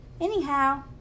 Anyhow